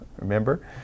remember